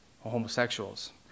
homosexuals